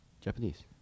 Japanese